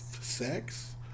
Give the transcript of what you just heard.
sex